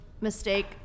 mistake